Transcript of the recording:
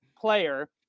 player